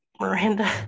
Miranda